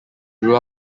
grew